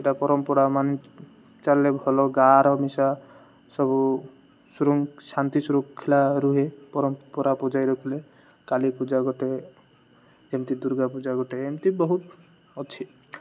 ସେଇଟା ପରମ୍ପରା ମାନି ଚାଳିଲେ ଭଲ ଗାଁ ର ମିିଶା ସବୁ ଶାନ୍ତି ଶୃଙ୍ଖଳା ରୁହେ ପରମ୍ପରା ବଜାଇ ରଖିଲେ କାଳି ପୂଜା ଗୋଟେ ଯେମିତି ଦୁର୍ଗା ପୂଜା ଗୋଟେ ଏମିତି ବହୁତ ଅଛି